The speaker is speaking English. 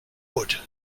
wood